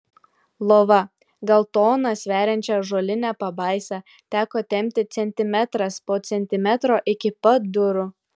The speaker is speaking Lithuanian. lova gal toną sveriančią ąžuolinę pabaisą teko tempti centimetras po centimetro iki pat durų